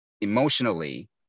emotionally